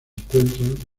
encuentran